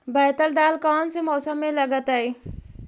बैतल दाल कौन से मौसम में लगतैई?